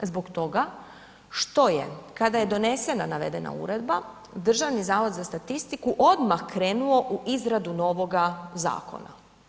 Zbog toga što je kada je donesena navedena uredba Državni zavod za statistiku odmah krenuo u izradu novoga zakona.